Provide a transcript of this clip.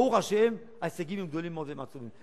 ברוך השם ההישגים הם גדולים מאוד והם עצומים.